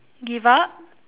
give up